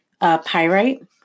Pyrite